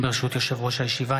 ברשות יושב-ראש הישיבה,